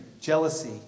jealousy